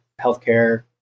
Healthcare